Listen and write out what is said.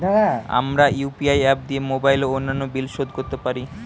আমরা UPI app দিয়ে mobile ও অন্যান্য বিল শোধ করতে পারি